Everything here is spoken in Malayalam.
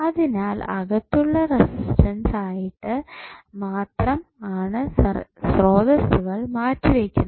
അതിനാൽ അകത്തുള്ള റെസിസ്റ്റൻസ് ആയിട്ട് മാത്രം ആണ് സ്രോതസ്സുകൾ മാറ്റി വെയ്ക്കുന്നത്